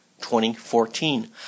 2014